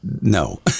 no